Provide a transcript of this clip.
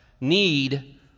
need